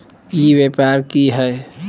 ई व्यापार की हाय?